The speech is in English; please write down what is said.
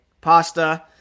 Pasta